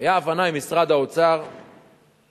היתה הבנה עם משרד האוצר שהקריטריונים,